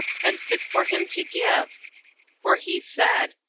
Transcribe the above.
and fit for him to give for he said,